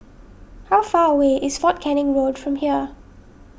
how far away is fort Canning Road from here